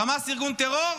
חמאס ארגון טרור?